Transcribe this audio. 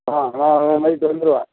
ஆ நான் நைட்டு வந்துடுவேன்